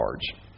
charge